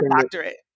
doctorate